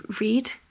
read